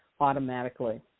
automatically